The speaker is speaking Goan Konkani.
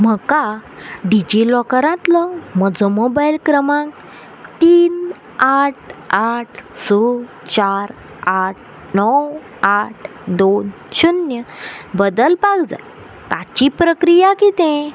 म्हाका डिजिलॉकरांतलो म्हजो मोबायल क्रमांक तीन आठ आठ स चार आठ णव आठ दोन शुन्य बदलपाक जाय ताची प्रक्रिया कितें